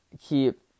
keep